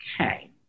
Okay